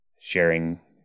sharing